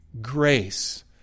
grace